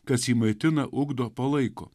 kas jį maitina ugdo palaiko